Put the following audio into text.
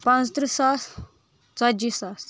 پانژترٕٛہ ساس ژتجی ساس